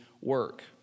work